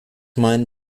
meinem